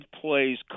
plays